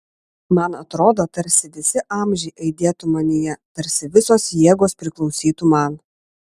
man atrodo tarsi visi amžiai aidėtų manyje tarsi visos jėgos priklausytų man